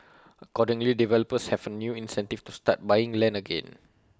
accordingly developers have A new incentive to start buying land again